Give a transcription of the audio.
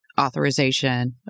authorization